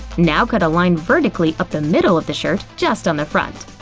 now cut a line vertically up the middle of the shirt just on the front.